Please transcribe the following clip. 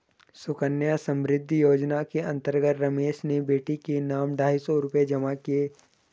सुकन्या समृद्धि योजना के अंतर्गत रमेश ने बेटी के नाम ढाई सौ रूपए जमा किए